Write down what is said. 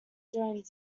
joined